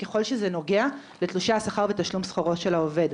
ככול שזה נוגע לתלושי השכר ותשלום שכרו של העובד.